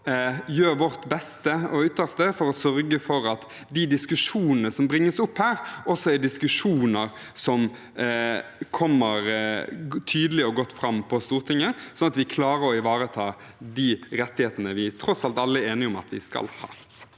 gjøre vårt beste og ytterste for å sørge for at de diskusjonene som bringes opp her, også er diskusjoner som kommer tydelig og godt fram på Stortinget, sånn at vi klarer å ivareta de rettighetene vi tross alt alle er enige om at vi skal ha.